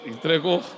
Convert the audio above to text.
Entregou